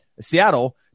Seattle